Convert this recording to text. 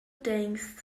denkst